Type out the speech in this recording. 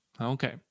Okay